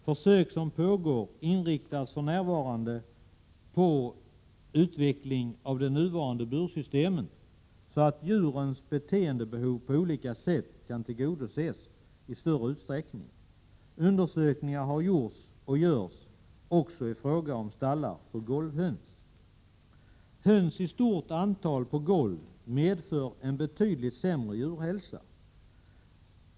Försök som pågår inriktas för närvarande på utveckling av de nuvarande bursystemen så att djurens beteendebehov på olika sätt kan tillgodoses i större utsträckning. Undersökningar har gjorts och görs också i fråga om stallar för golvhöns. Höns i stort antal på golv medför en betydligt sämre djurhälsa.